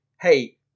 hey